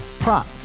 Prop